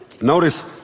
notice